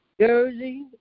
Jersey